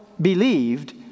believed